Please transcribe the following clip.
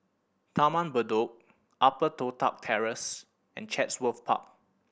Taman Bedok Upper Toh Tuck Terrace and Chatsworth Park